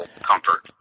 comfort